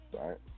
Right